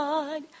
God